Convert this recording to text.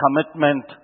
commitment